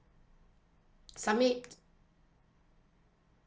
submit